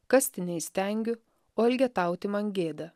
kasti neįstengiu o elgetauti man gėda